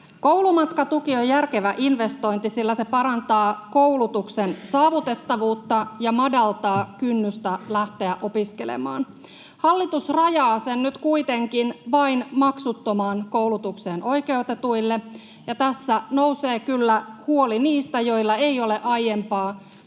Koulumatkatuki on järkevä investointi, sillä se parantaa koulutuksen saavutettavuutta ja madaltaa kynnystä lähteä opiskelemaan. Hallitus rajaa sen nyt kuitenkin vain maksuttomaan koulutukseen oikeutetuille, ja tässä nousee kyllä huoli niistä, joilla ei ole aiempaa